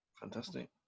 Fantastic